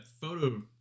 photo